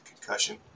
concussion